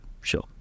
sure